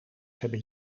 hebben